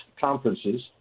conferences